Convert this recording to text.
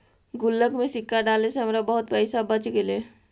गुल्लक में सिक्का डाले से हमरा बहुत पइसा बच गेले